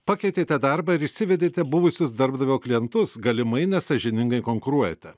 pakeitėte darbą ir išsivedėte buvusius darbdavio klientus galimai nesąžiningai konkuruojate